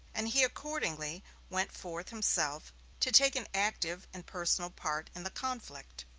and he accordingly went forth himself to take an active and personal part in the conflict.